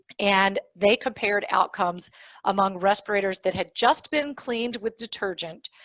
and they compared outcomes among respirators that had just been cleaned with detergent,